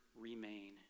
remain